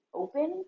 open